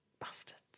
bastards